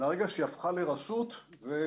מהרגע שהיא הפכה לרשות ומהרגע,